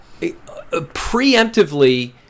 preemptively